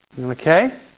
okay